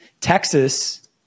Texas